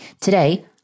Today